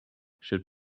should